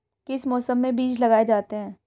किस मौसम में बीज लगाए जाते हैं?